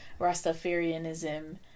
Rastafarianism